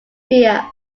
fear